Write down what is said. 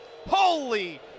holy